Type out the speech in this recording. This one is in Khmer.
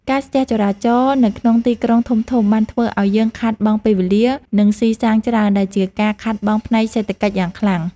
ការស្ទះចរាចរណ៍នៅក្នុងទីក្រុងធំៗបានធ្វើឱ្យយើងខាតបង់ពេលវេលា និងស៊ីសាំងច្រើនដែលជាការខាតបង់ផ្នែកសេដ្ឋកិច្ចយ៉ាងខ្លាំង។